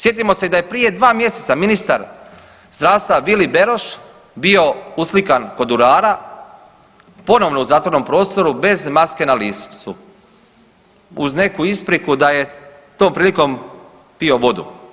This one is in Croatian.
Sjetimo se i da je prije 2 mjeseca ministar zdravstva Vili Beroš bio uslikan kod urara, ponovno u zatvorenom prostoru bez maske na licu uz neku ispriku da je tom prilikom pio vodu.